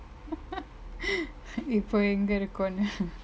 இப்போ எங்க இருக்கொனு:ippo enga irukonu